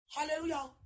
Hallelujah